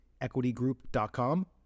EquityGroup.com